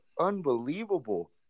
unbelievable